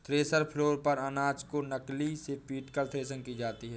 thresher floor पर अनाज को चकली से पीटकर थ्रेसिंग की गई